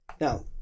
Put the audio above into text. Now